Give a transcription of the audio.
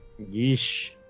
Yeesh